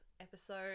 episode